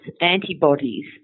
antibodies